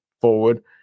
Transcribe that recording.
forward